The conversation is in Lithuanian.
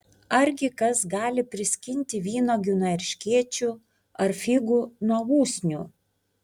argi kas gali priskinti vynuogių nuo erškėčių ar figų nuo usnių